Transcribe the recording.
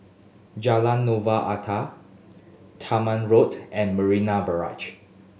Jalan Novena Utara Tangmere Road and Marina Barrage